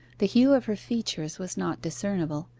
the hue of her features was not discernible,